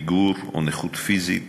פיגור או נכות פיזית.